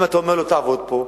אם אתה אומר לו לעבוד פה,